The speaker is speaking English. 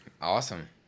Awesome